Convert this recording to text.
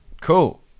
cool